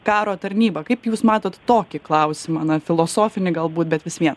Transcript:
karo tarnybą kaip jūs matot tokį klausimą na filosofinį galbūt bet vis vien